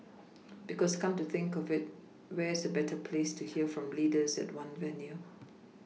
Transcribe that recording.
because come to think of it where's a better place to hear from leaders at one venue